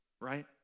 right